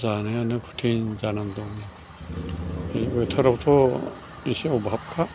जानायानो खुथिन जाना दं बे बोथोरावथ' एसे अबाबखा